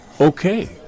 Okay